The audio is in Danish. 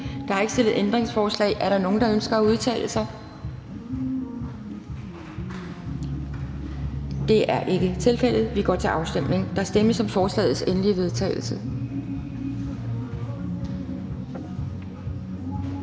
Der er ikke stillet ændringsforslag. Er der nogen, der ønsker at udtale sig? Det er ikke tilfældet, og så går vi til afstemning. Kl. 12:10 Afstemning Anden